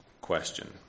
question